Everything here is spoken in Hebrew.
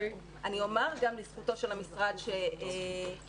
אני גם אומר לזכותו של המשרד שהוא